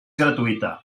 gratuïta